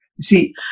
See